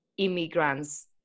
immigrants